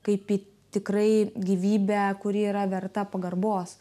kaip į tikrai gyvybę kuri yra verta pagarbos